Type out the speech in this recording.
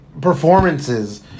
Performances